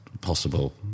possible